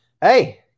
hey